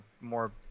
more